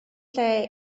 lle